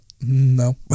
No